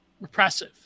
repressive